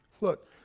Look